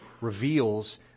reveals